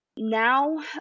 Now